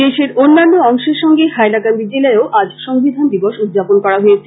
দেশের অন্যান্য অংশের সঙ্গ হাইলাকান্দি জেলায় ও আজ সংবিধান দিবস উদযাপন করা হয়েছে